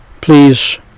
Please